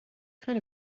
kind